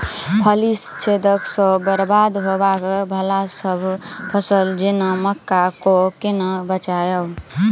फली छेदक सँ बरबाद होबय वलासभ फसल जेना मक्का कऽ केना बचयब?